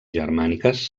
germàniques